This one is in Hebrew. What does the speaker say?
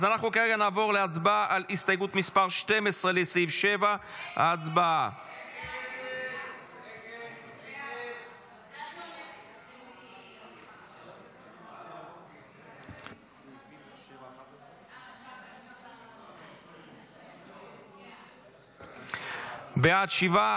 אז אנחנו כרגע נעבור להצבעה על הסתייגות 12 לסעיף 7. הצבעה.